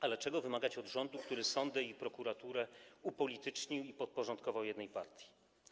Ale czego wymagać od rządu, który sądy i prokuraturę upolitycznił i podporządkował jednej partii?